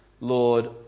Lord